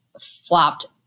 flopped